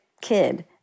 kid